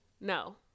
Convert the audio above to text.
no